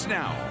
now